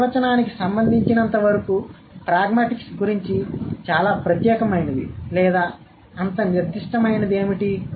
ఈ నిర్వచనానికి సంబంధించినంతవరకు ప్రాగ్మాటిక్స్ గురించి చాలా ప్రత్యేకమైనది లేదా అంత నిర్దిష్టమైనది ఏమిటి